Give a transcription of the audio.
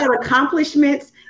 accomplishments